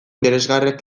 interesgarriak